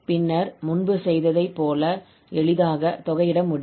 பின்னர் முன்பு செய்ததைப் போல எளிதாக தொகையிட முடியும்